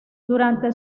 durante